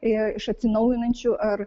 iš atsinaujinančių ar